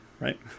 right